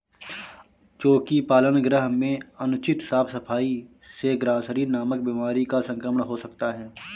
चोकी पालन गृह में अनुचित साफ सफाई से ग्रॉसरी नामक बीमारी का संक्रमण हो सकता है